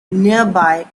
nearby